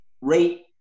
rate